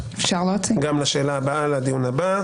גם של הציבור הערבי,